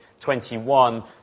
21